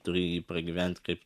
turi jį pragyvent kaip